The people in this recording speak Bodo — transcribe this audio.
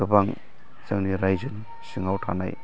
गोबां जोंनि राइजो सिङाव थानाय